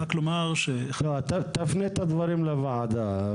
אתה תפנה את הדברים לוועדה,